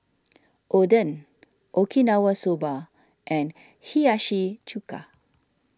Oden Okinawa Soba and Hiyashi Chuka